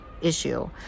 issue